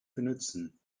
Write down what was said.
benutzen